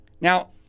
Now